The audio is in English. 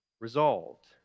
resolved